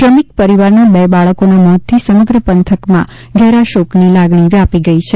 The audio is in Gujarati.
શ્રમિક પરિવારના બે બાળકોના મોતથી સમગ્ર પંથકમાં ઘેરા શોકની લાગણી વ્યાપી ગઇ છે